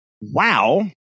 wow